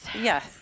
Yes